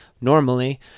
normally